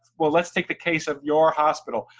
well, let's take the case of your hospital,